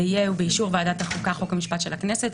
ובאישור ועדת החוקה חוק ומשפט של הכנסת,